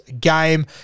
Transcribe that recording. game